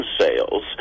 sales